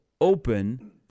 open